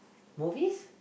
movies